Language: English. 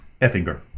effinger